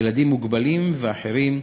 ילדים מוגבלים ואחרים,